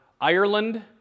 Ireland